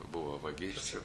buvo vagysčių